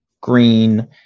green